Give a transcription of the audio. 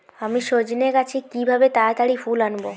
আমি সজনে গাছে কিভাবে তাড়াতাড়ি ফুল আনব?